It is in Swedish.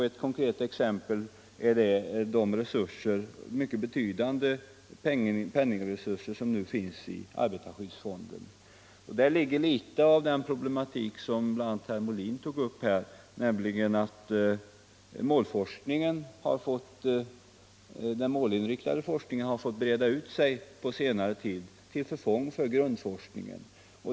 Ett konkret exempel på det är de mycket betydande resurser som nu finns i arbetarskyddsfonden. Där ligger litet av den problematik som bl.a. herr Molin tog upp, nämligen att den målinriktade forskningen har fått breda ut sig på senare tid till förfång för grundforskningen.